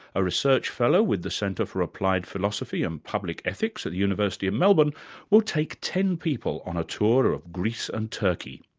a research fellow with the centre for applied philosophy and public ethics at the university of melbourne will take ten people on a tour of greece and turkey.